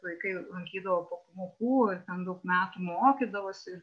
vaikai lankydavo po pamokų ten daug metų mokydavosi